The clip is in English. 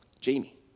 Jamie